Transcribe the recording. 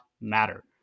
matter